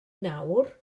nawr